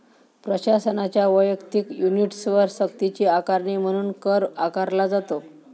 प्रशासनाच्या वैयक्तिक युनिट्सवर सक्तीची आकारणी म्हणून कर आकारला जातो